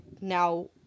now